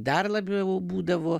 dar labiau būdavo